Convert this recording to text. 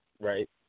right